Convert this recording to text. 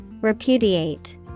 Repudiate